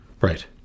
right